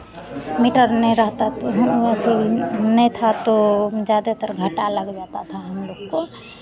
metre नहीं रहता तो हम अथि नहीं था तो ज़्यादातर घाटा लग जाता था हम लोग को